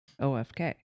OFK